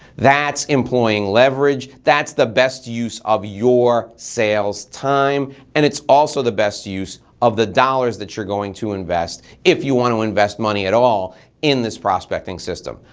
that's employing leverage, that's the best use of your sales time and it's also the best use of the dollars that you're going to invest if you want to invest money at all in this prospecting system.